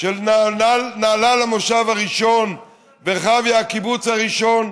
כשנהלל המושב הראשון ורחביה הקיבוץ הראשון,